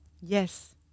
Yes